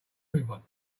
everyone